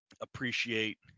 appreciate